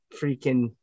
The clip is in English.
freaking